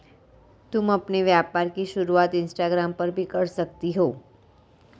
तुम अपने व्यापार की शुरुआत इंस्टाग्राम पर भी कर सकती हो